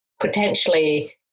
potentially